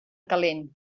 calent